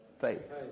faith